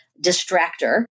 distractor